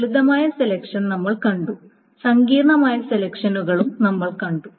ലളിതമായ സെലക്ഷൻ നമ്മൾ കണ്ടു സങ്കീർണ്ണമായ സെലക്ഷനുകൾ നമ്മൾ കണ്ടു